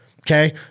Okay